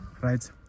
right